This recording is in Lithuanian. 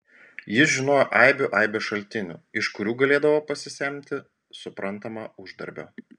jis žinojo aibių aibes šaltinių iš kurių galėdavo pasisemti suprantama uždarbio